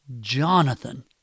Jonathan